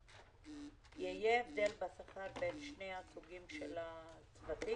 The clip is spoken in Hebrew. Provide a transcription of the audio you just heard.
יהיה הבדל בשכר בין שני סוגי הצוותים?